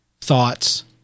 thoughts